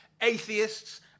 atheists